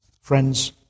Friends